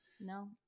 no